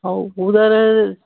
हाँ वह पूरा